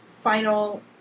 final